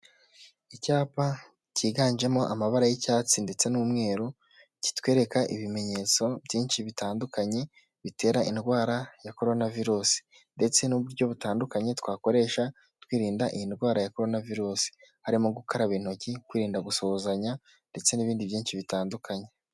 Icyapa cyiganjemo amabara y'icyatsi ndetse n'umweru, kitwereka ibimenyetso byinshi bitandukanye bitera indwara ya Corona virusi, ndetse n'uburyo butandukanye twakoresha twirinda iyi ndwara ya Corona virusi, harimo gukaraba intoki, kwirinda gusuhuzanya ndetse n'ibindi byinshi bitandukanye.